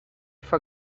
for